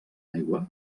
aigua